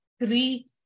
three